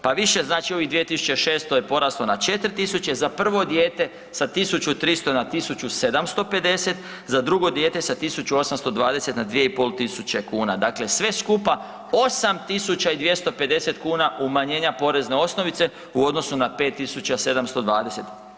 Pa više znači ovih 2.600 je poraslo na 4.000, za prvo dijete sa 1.300 na 1.750, za drugo dijete sa 1.820 na 2.500 kuna, dakle sve skupa 8.250 kuna umanjenja porezne osnovice u odnosu na 5.720.